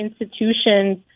institutions